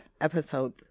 episode